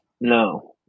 No